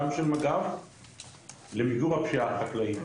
גם של מג"ב למיגור הפשיעה החקלאית,